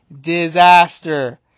disaster